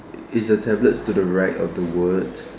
is a tablet to the right of the words